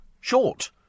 short